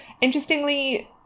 interestingly